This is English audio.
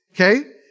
Okay